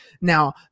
Now